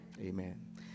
Amen